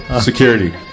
Security